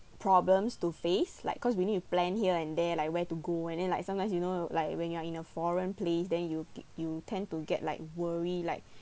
problems to face like cause we need to plan here and there like where to go and then like sometimes you know like when you are in a foreign place then you ge~ you tend to get like worry like